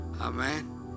Amen